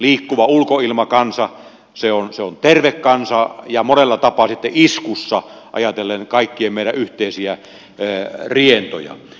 liikkuva ulkoilmakansa on terve kansa ja monella tapaa sitten iskussa ajatellen kaikkien meidän yhteisiä rientoja